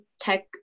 tech